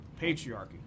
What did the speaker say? patriarchy